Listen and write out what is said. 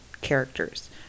characters